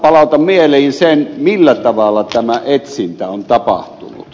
palautan mieliin sen millä tavalla tämä etsintä on tapahtunut